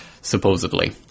supposedly